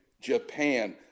Japan